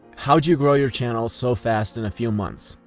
how'd you grow your channel so fast in a few months?